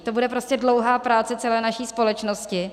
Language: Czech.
To bude prostě dlouhá práce celé naší společnosti.